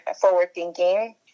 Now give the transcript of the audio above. forward-thinking